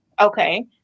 okay